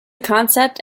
concept